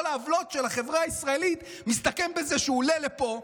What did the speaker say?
העוולות של החברה הישראלית מסתכם בזה שהוא עולה לפה,